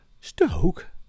Stoke